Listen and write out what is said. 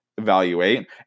evaluate